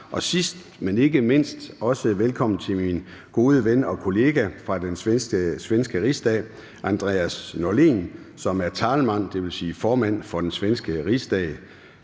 Sidst, men ikke mindst også velkommen til min gode ven og kollega fra den svenske Riksdag, Andreas Norlén, som er talman, dvs. formand, for den svenske Riksdag.